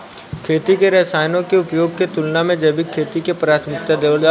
खेती में रसायनों के उपयोग के तुलना में जैविक खेती के प्राथमिकता देवल जाला